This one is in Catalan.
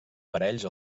parells